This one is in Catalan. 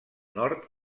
nord